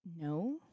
No